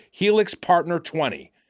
HELIXPARTNER20